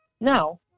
Now